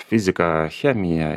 fizika chemija